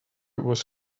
was